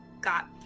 got